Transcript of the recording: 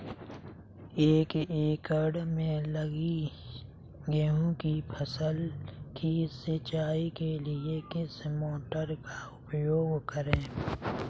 एक एकड़ में लगी गेहूँ की फसल की सिंचाई के लिए किस मोटर का उपयोग करें?